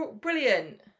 brilliant